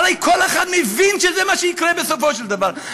הרי כל אחד מבין שזה מה שיקרה בסופו של דבר,